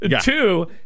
Two